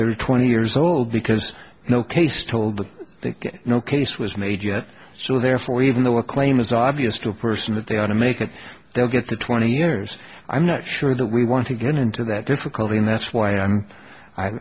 there twenty years all because no case told them no case was made yet so therefore even though a claim is obvious to a person that they want to make it they'll get the twenty years i'm not sure that we want to get into that difficulty and that's why i